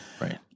Right